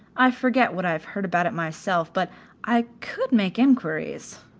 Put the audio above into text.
i forget what i have heard about it myself, but i could make enquiries.